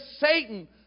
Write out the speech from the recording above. Satan